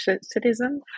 citizen